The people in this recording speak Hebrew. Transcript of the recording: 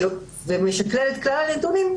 הוא משקלל את כלל הנתונים,